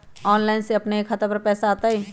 Online से अपने के खाता पर पैसा आ तई?